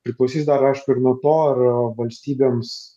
priklausys dar aišku ir nuo to ar valstybėms